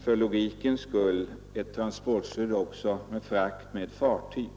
för logikens skull att transportstödet även bör omfatta frakter med fartyg.